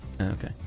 Okay